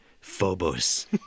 Phobos